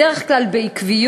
בדרך כלל בעקביות,